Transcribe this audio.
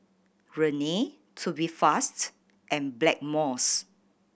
Rene Tubifast and Blackmores